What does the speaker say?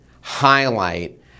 highlight